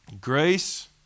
Grace